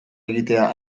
egitea